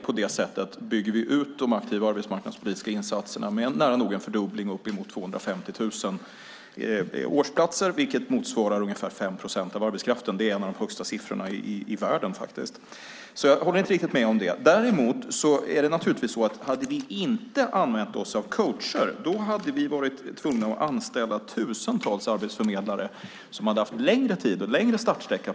På det sättet bygger vi ut de arbetsmarknadspolitiska insatserna med nära nog en fördubbling till uppemot 250 000 årsplatser, vilket motsvarar ungefär 5 procent av arbetskraften. Det är en av de högsta siffrorna i världen. Jag håller därför inte riktigt med om att vi var sena. Hade vi däremot inte använt oss av coacher hade vi varit tvungna att anställa tusentals arbetsförmedlare som hade tagit längre tid på sig och haft längre startsträcka.